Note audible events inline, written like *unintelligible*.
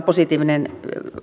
*unintelligible* positiivinen